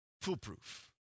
foolproof